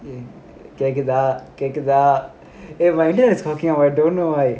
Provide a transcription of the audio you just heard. கேட்க்குதா கேட்க்குதா:kekkuthaa kekkuthaa my internet is working I don't know why